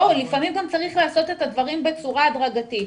לפעמים צריך לעשות את הדברים בצורה הדרגתית.